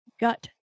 gut